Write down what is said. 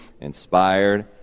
inspired